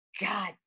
God